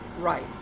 Right